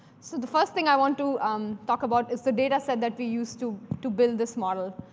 so the first thing i want to um talk about is the data set that we use to to build this model.